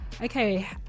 Okay